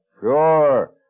Sure